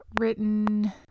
written